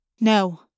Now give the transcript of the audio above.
No